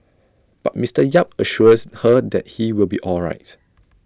but Mister yap assures her that he will be all right